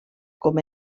com